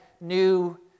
new